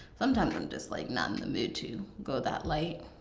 sometimes i'm just like not in the mood to go that light.